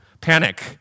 panic